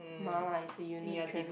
ma-la is a uni trend